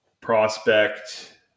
prospect